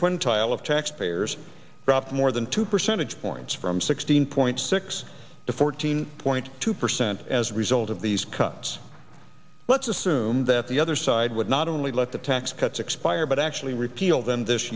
quintile of taxpayers dropped more than two percentage points from sixteen point six to fourteen point two percent as a result of these cuts let's assume that the other side would not only let the tax cuts expire but actually repeal them this